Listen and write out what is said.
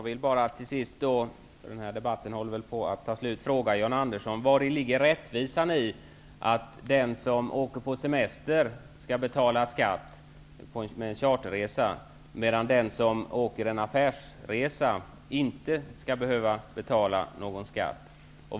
Herr talman! Eftersom den här debatten håller på att ta slut vill jag bara till sist fråga John Andersson vari rättvisan ligger i att den som åker på semester skall betala skatt medan den som åker på en affärsresa inte behöver betala någon skatt.